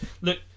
Look